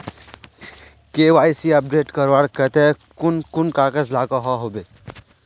KYC update करवार केते कुन कुन कागज लागोहो होबे?